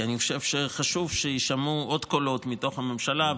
כי אני חושב שחשוב שיישמעו עוד קולות מתוך הממשלה,